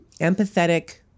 empathetic